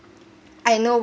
I know